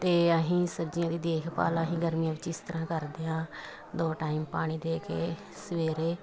ਅਤੇ ਅਸੀਂ ਸਬਜ਼ੀਆਂ ਦੀ ਦੇਖਭਾਲ ਅਸੀਂ ਗਰਮੀਆਂ ਵਿੱਚ ਇਸ ਤਰ੍ਹਾਂ ਕਰਦੇ ਹਾਂ ਦੋ ਟਾਈਮ ਪਾਣੀ ਦੇ ਕੇ ਸਵੇਰੇ